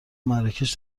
مراکش